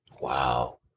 Wow